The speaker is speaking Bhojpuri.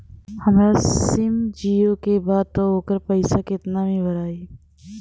हमार सिम जीओ का बा त ओकर पैसा कितना मे भराई?